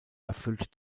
erfüllt